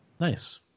Nice